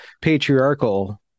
patriarchal